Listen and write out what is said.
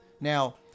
Now